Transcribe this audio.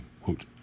quote